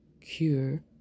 Cure